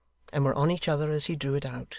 and were on each other as he drew it out.